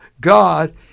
God